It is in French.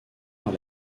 par